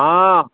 हँ